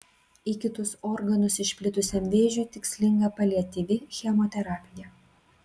į kitus organus išplitusiam vėžiui tikslinga paliatyvi chemoterapija